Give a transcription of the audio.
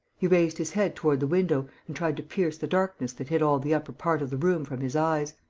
he raised his head toward the window and tried to pierce the darkness that hid all the upper part of the room from his eyes.